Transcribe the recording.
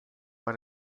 war